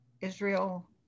Israel